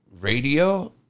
radio